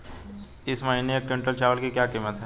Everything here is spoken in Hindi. इस महीने एक क्विंटल चावल की क्या कीमत है?